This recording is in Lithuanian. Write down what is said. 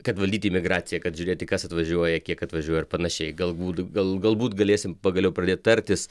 kad valdyt imigraciją kad žiūrėti kas atvažiuoja kiek atvažiuoja ir panašiai galbūt gal galbūt galėsim pagaliau pradėt tartis